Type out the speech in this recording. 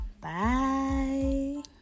bye